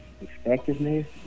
effectiveness